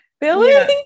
Billy